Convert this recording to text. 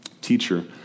teacher